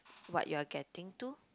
what you are getting to